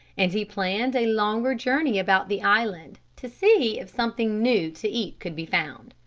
and he planned a longer journey about the island to see if something new to eat could be found.